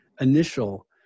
initial